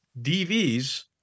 dvs